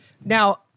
Now